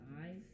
eyes